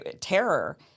terror